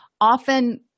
often